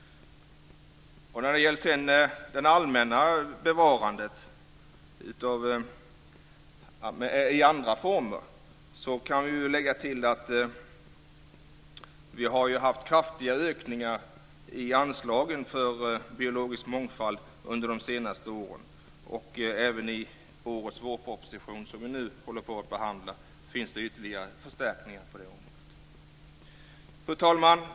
När det sedan gäller det allmänna bevarandet, i andra former, kan vi lägga till att det har skett kraftiga ökningar i anslagen för biologisk mångfald under de senaste åren. Även i årets vårproposition, som vi nu håller på att behandla, finns det ytterligare förstärkningar på området. Fru talman!